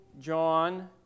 John